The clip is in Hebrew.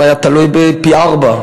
אם זה היה תלוי בי, פי-ארבעה.